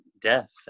death